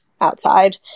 outside